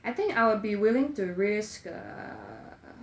I think I will be willing to risk err